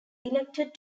elected